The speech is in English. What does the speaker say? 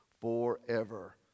forever